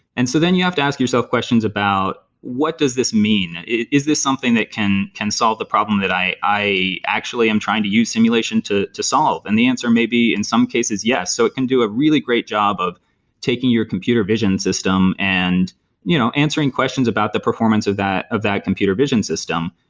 and so then you have to ask yourself questions about, what does this mean? is this something that can can solve the problem that i i actually am trying to use simulation to to solve? and the answer may be, in some cases, yes. so it can do a really great job of taking your computer vision system and you know answering questions about the performance of that of that computer vision system.